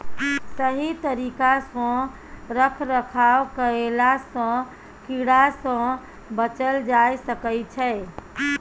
सही तरिका सँ रख रखाव कएला सँ कीड़ा सँ बचल जाए सकई छै